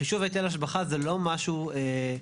חישוב היטל השבחה זה לא משהו חדש.